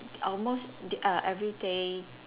almost d~ err everyday